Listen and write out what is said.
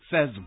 says